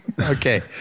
Okay